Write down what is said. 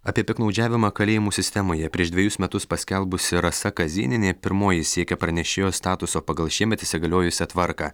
apie piktnaudžiavimą kalėjimų sistemoje prieš dvejus metus paskelbusi rasa kazėnienė pirmoji siekia pranešėjo statuso pagal šiemet įsigaliojusią tvarką